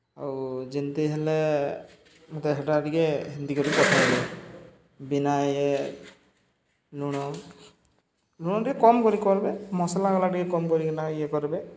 ଆଉ ଯେନ୍ତି ହେଲେ ମତେ ହେଟା ଟିକେ ହେନ୍ତି କରିକି ପଠାବେ ହେବେ ବିନା ଇଏ ଲୁଣ ଲୁଣ ଟିକେ କମ୍ କରି କର୍ବେ ମସ୍ଲା ଗଲା ଟିକେ କମ୍ କରିକିନା ଇଏ କର୍ବେ